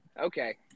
Okay